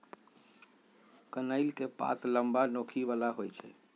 कनइल के पात लम्मा, नोखी बला होइ छइ